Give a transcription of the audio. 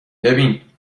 ببین